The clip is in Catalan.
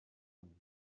món